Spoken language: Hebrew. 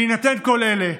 בהינתן כל אלה,